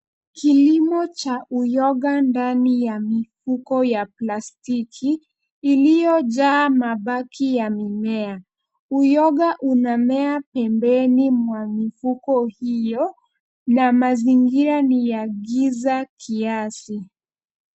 Kilimo cha uyoga ndani ya mifuko ya plastiki iliyojaa mabaki ya mimea. Uyoga unamea pembeni mwa mifuko hiyo na mazingira ni ya giza kiasi.